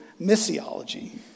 missiology